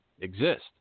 exist